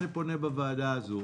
אני פונה לוועדה הזו,